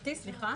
גבירתי סליחה,